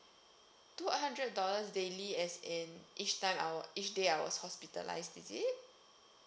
two hundred dollars daily as in each time I was each day I was hospitalised is it